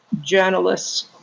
journalists